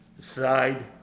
side